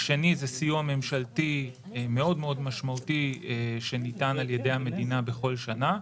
השני הוא סיוע ממשלתי מאוד מאוד משמעותי שניתן על ידי המדינה בכל שנה,